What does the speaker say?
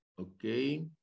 Okay